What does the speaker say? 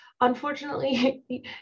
unfortunately